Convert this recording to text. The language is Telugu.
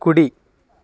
కుడి